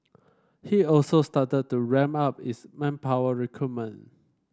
he also started to ramp up its manpower recruitment